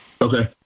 Okay